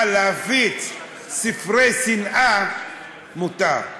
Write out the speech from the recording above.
אבל להפיץ ספרי שנאה מותר.